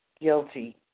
guilty